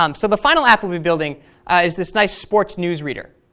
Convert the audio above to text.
um so the final app we'll be building is this nice sports news reader,